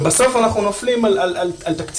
ובסוף אנחנו נופלים על תקציבים,